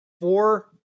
Four